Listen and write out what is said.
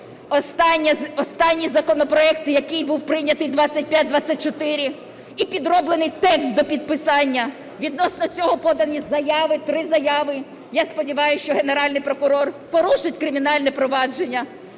Останній законопроект, який був прийнятий, 2524 і підроблений текст до підписання, відносно цього подані заяви, три заяви. Я сподіваюсь, що Генеральний прокурор порушить кримінальне провадження